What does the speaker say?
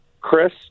Chris